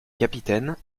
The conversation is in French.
capitaine